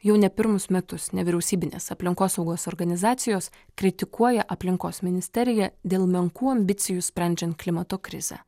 jau ne pirmus metus nevyriausybinės aplinkosaugos organizacijos kritikuoja aplinkos ministeriją dėl menkų ambicijų sprendžiant klimato krizę